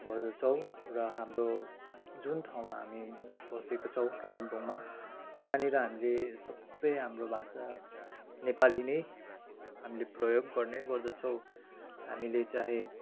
गर्दछौँ र हाम्रो जुन ठाउँमा हामी बसेका छौँ कालिम्पोङमा यहाँनिर हामीले सबै हाम्रो भाषा नेपाली नै हामीले प्रयोग गर्ने गर्दछौँ हामीले चाहे